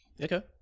okay